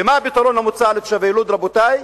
ומה הפתרון המוצע לתושבי לוד, רבותי?